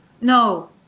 No